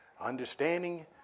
understanding